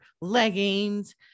leggings